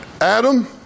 Adam